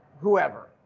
whoever